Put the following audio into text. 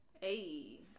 Hey